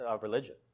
religion